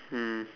mm